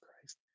Christ